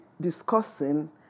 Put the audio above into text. discussing